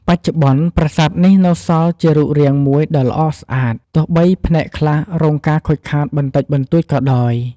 បច្ចុប្បន្ន ប្រាសាទនេះនៅសល់ជារូបរាងមួយដ៏ល្អស្អាត ទោះបីផ្នែកខ្លះរងការខូចខាតបន្តិចបន្តួចក៏ដោយ។